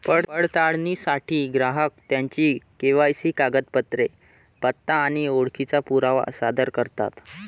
पडताळणीसाठी ग्राहक त्यांची के.वाय.सी कागदपत्रे, पत्ता आणि ओळखीचा पुरावा सादर करतात